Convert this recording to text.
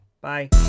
Bye